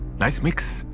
nice mix.